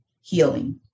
healing